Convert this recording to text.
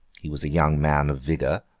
he was a young man of vigour,